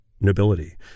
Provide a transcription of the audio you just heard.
nobility